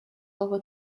over